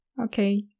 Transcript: Okay